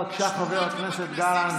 בבקשה, חבר הכנסת גלנט.